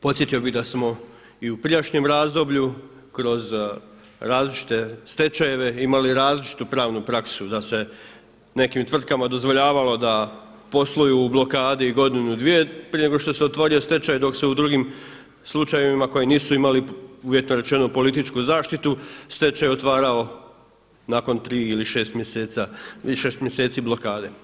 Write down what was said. Podsjetio bih da smo i u prijašnjem razdoblju kroz različite stečajeve imali različitu pravnu praksu da se nekim tvrtkama dozvoljavalo da posluju u blokadi godinu, dvije prije nego što se otvorio stečaju dok se u drugim slučajevima koji nisu imali uvjetno rečeno političku zaštitu stečaj otvarao nakon tri ili šest mjeseci blokade.